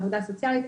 עבודה סוציאלית,